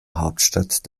hauptstadt